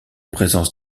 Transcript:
présence